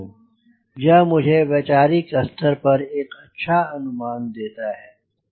यह मुझे वैचारिक स्तर पर एक अच्छा अनुमान देता है